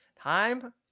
Time